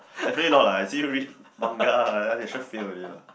definitely not lah I see you read manga sure fail already lah